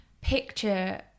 picture